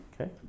Okay